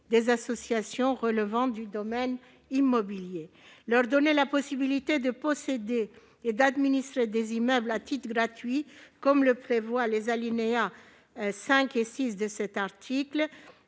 des associations relevant du domaine immobilier. Leur donner la possibilité de posséder et d'administrer des immeubles à titre gratuit, comme le prévoient les alinéas 5 et 6 de l'article